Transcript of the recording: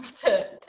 to